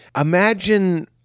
Imagine